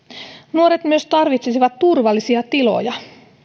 nuoret tarvitsisivat myös turvallisia tiloja